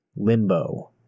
Limbo